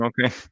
okay